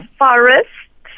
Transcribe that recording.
forest